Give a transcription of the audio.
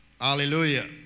Hallelujah